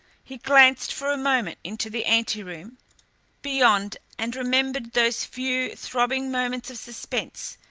he glanced for a moment into the anteroom beyond and remembered those few throbbing moments of suspense,